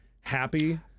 happy